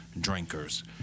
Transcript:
drinkers